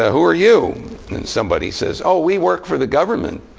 ah who are you? and somebody says, oh, we work for the government.